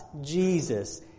Jesus